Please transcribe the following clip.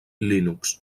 linux